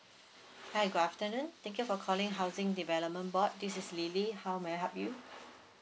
hi good afternoon thank you for calling housing development board this is lily how may I help you